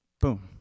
boom